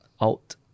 out